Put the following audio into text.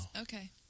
Okay